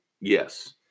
Yes